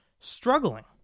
Struggling